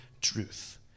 truth